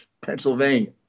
Pennsylvania